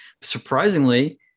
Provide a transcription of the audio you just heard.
Surprisingly